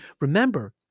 remember